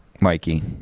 Mikey